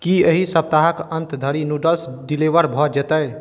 की एहि सप्ताहक अन्तधरि नूडल्स डिलीवर भऽ जेतै